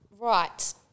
Right